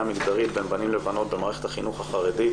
מגדרית בין בנים לבנות במערכת החינוך החרדית.